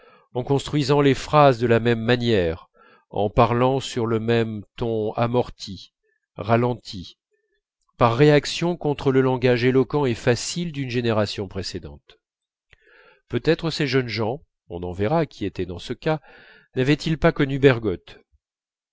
en construisant les phrases de la même manière en parlant sur le même ton amorti ralenti par réaction contre le langage éloquent et facile d'une génération précédente peut-être ces jeunes gens on en verra qui étaient dans ce cas n'avaient-ils pas connu bergotte